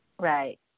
right